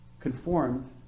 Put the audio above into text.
conformed